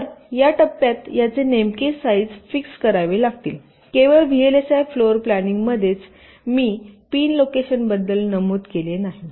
तर या टप्प्यात याचे नेमके साईज फिक्स्ड करावे लागतील केवळ व्हीएलएसआय फ्लोरप्लानिंगमध्येच मी पिन लोकेशनबद्दल नमूद केले नाही